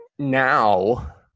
now